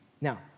Now